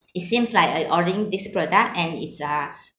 it seems like you ordering this product and it's uh